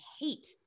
hate